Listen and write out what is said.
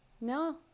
no